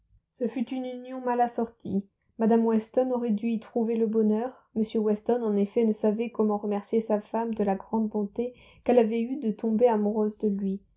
ce fut une union mal assortie mme weston aurait dû y trouver le bonheur m weston en effet ne savait comment remercier sa femme de la grande bonté qu'elle avait eue de tomber amoureuse de lui